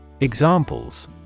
Examples